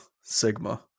Sigma